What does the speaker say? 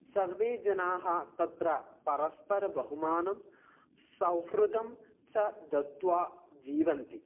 सर्वे जनाः तत्र परस्परबहुमानं सहृदं च दत्वा जीवन्ति